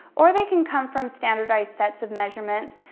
or they can come from standardized sets of measurements,